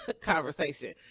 conversation